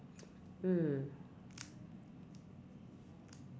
mm